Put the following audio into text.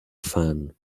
fun